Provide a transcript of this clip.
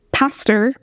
pastor